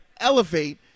elevate